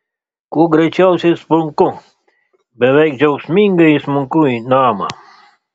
kuo greičiausiai sprunku beveik džiaugsmingai įsmunku į namą